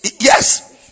yes